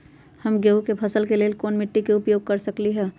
हम गेंहू के फसल के लेल कोन मिट्टी के उपयोग कर सकली ह?